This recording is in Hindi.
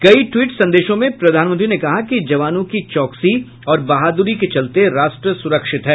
कई ट्वीट संदेशों में प्रधानमंत्री ने कहा कि जवानों की चौकसी और बहादुरी के चलते राष्ट्र सुरक्षित है